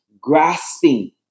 Grasping